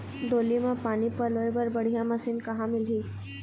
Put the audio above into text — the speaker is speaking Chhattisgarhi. डोली म पानी पलोए बर बढ़िया मशीन कहां मिलही?